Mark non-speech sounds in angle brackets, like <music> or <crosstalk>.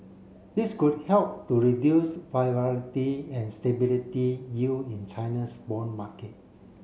this could help to reduce <unintelligible> and stability yield in China's bond market